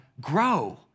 grow